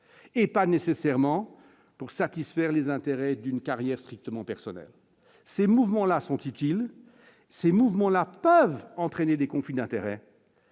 et pas nécessairement pour satisfaire les intérêts d'une carrière strictement personnel, ces mouvements-là sont utiles ces mouvements-là peuvent entraîner des conflits d'intérêts.